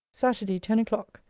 saturday, ten o'clock.